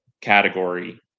category